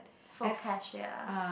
for cashier